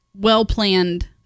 well-planned